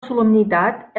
solemnitat